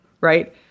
right